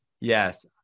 Yes